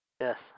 Yes